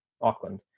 Auckland